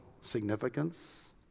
significance